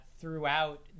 throughout